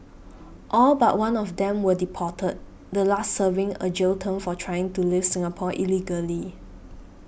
all but one of them were deported the last serving a jail term for trying to leave Singapore illegally